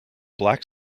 black